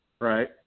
Right